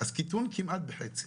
אז קיטון כמעט בחצי.